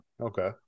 Okay